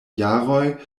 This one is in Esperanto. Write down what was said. jaroj